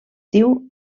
diu